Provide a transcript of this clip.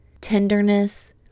tenderness